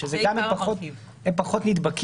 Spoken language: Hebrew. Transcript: שזה גם הם פחות נדבקים,